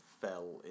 fell